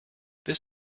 this